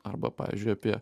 arba pavyzdžiui apie